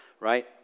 right